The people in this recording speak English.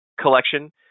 collection